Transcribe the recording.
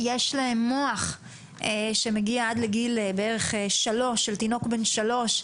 יש להם מוח שמגיע עד לגיל של תינוק בן שלוש,